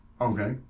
Okay